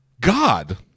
God